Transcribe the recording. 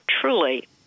truly